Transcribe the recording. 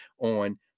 on